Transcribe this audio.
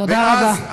תודה רבה, תודה.